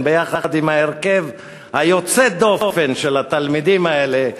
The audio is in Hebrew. ביחד עם ההרכב היוצא-דופן של התלמידים האלה,